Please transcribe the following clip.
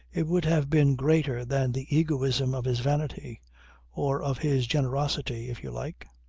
it would have been greater than the egoism of his vanity or of his generosity, if you like